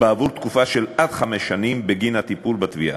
בעבור תקופה של עד חמש שנים, בגין הטיפול בתביעה.